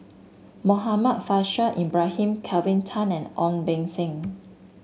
Muhammad Faishal Ibrahim Kelvin Tan and Ong Beng Seng